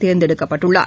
தேர்ந்தெடுக்கப்பட்டுள்ளார்